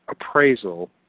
appraisal